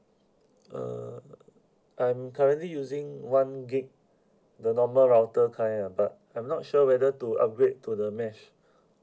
uh I'm currently using one gig the normal router kind ah but I'm not sure whether to upgrade to the mesh